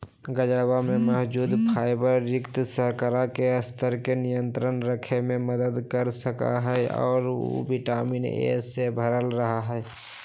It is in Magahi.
गजरवा में मौजूद फाइबर रक्त शर्करा के स्तर के नियंत्रण रखे में मदद कर सका हई और उ विटामिन ए से भरल रहा हई